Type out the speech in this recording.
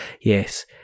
yes